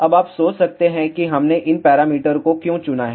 अब आप सोच सकते हैं कि हमने इन पैरामीटर को क्यों चुना है